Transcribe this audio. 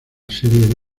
serie